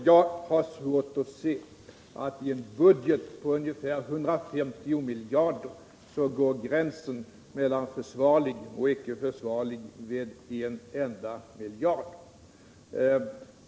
Jag har svårt att se att gränsen mellan försvarligt och icke försvarligt i en budget på ungefär 150 miljarder kronor går vid en enda miljard.